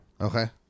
Okay